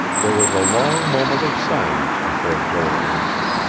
there was a long moment of silence before joel answered.